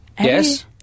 yes